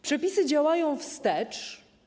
Przepisy działają wstecz.